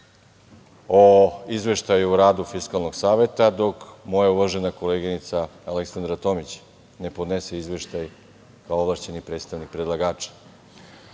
o Izveštaju o radu Fiskalnog saveta dok moja uvažena koleginica Aleksandra Tomić ne podnese izveštaj, kao ovlašćeni predstavnik predlagača. Kada